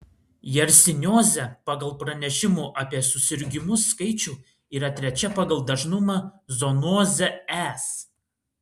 jersiniozė pagal pranešimų apie susirgimus skaičių yra trečia pagal dažnumą zoonozė es